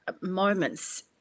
moments